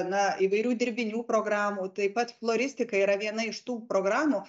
na įvairių dirbinių programų taip pat floristika yra viena iš tų programų